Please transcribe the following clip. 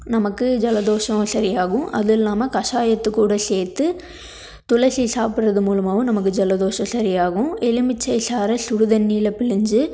நமக்கு ஜலதோஷம் சரியாகும் அது இல்லாமல் கசாயத்து கூட சேர்த்து துளசி சாப்பிடுறது மூலமாகவும் நமக்கு ஜலதோஷம் சரியாகும் எலுமிச்சை சாறு சுடுதண்ணியில் பிழிஞ்சு